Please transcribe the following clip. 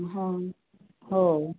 हा हो